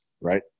right